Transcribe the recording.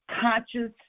conscious